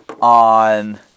on